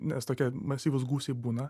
nes tokie masyvūs gūsiai būna